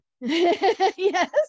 Yes